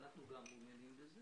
שבזה גם אנחנו מעוניינים.